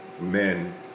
men